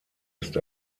ist